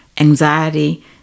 anxiety